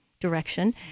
direction